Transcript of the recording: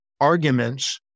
arguments